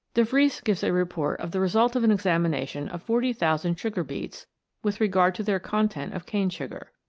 de vries gives a report of the result of an examination of forty thousand sugar beets with regard to their content of cane sugar.